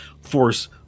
force